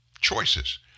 choices